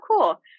cool